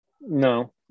No